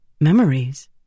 Memories